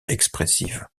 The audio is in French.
expressive